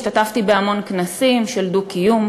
השתתפתי בהמון כנסים של דו-קיום,